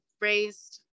raised